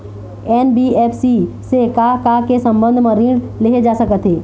NBFC से का का के संबंध म ऋण लेहे जा सकत हे?